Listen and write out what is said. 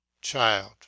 Child